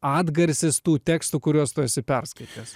atgarsis tų tekstų kuriuos tu esi perskaitęs